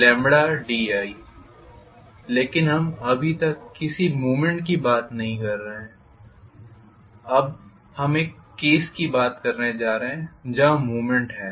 लेकिन हम अभी तक किसी मूवमेंट की बात नहीं कर रहे है अब हम एक केस की बात करने जा रहे हैं जहां मूवमेंट है